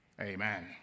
Amen